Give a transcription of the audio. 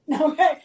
Okay